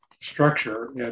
structure